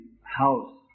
house